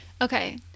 Okay